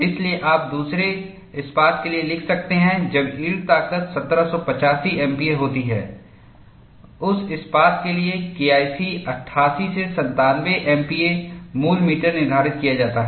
इसलिए आप दूसरे इस्पात के लिए लिख सकते हैं जब यील्ड ताकत 1785 एमपीए होती है उस इस्पात के लिए केआईसी 88 से 97 एमपीए मूल मीटर निर्धारित किया जाता है